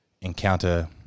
encounter